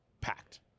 packed